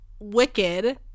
Wicked